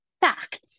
fact